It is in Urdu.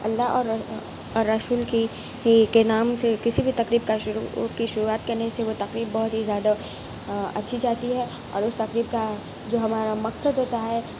اللہ اور رسول کی ہی کے نام سے کسی بھی تقریب کا شروع کی شروعات کرنے سے وہ تقریب بہت ہی زیادہ اچھی جاتی ہے اور اس تقریب کا جو ہمارا مقصد ہوتا ہے